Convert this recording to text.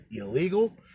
illegal